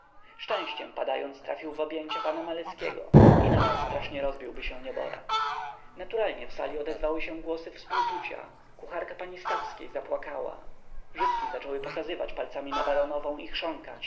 szczęściem padając trafił w objęcia pana maleskiego inaczej strasznie rozbiłby się nieborak naturalnie w sali odezwały się głosy współczucia kucharka pani stawskiej zapłakała żydki zaczęły pokazywać palcami na baronową i